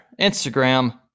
Instagram